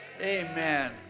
amen